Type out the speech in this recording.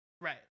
Right